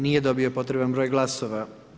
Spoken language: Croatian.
Nije dobio potrebni broj glasova.